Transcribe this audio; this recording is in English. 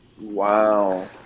Wow